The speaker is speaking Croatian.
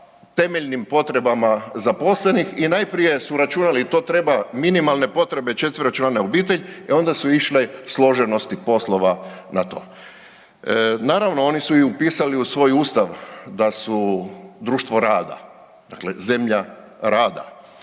temeljnim potrebama zaposlenih i najprije su računali, to treba minimalne potrebe četveročlane obitelj, onda su išle složenosti poslova na to. Naravno, oni su i upisali u svoj Ustav da su društvo rada, dakle zemlja rada,